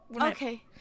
Okay